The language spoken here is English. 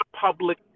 public